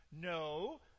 no